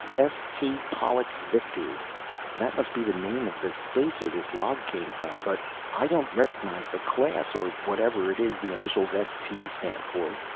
s. t. pollux victory that must be the name of the spacer this log came from. but i don't recognize the class, or whatever it is the initials s. t. stand for.